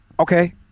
Okay